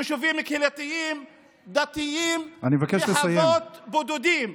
יישובים קהילתיים דתיים וחוות בודדים.